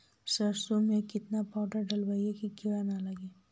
सरसों में केतना पाउडर डालबइ कि किड़ा न लगे?